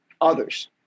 others